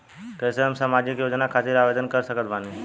कैसे हम सामाजिक योजना खातिर आवेदन कर सकत बानी?